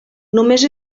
només